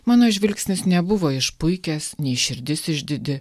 mano žvilgsnis nebuvo išpuikęs nei širdis išdidi